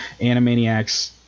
Animaniacs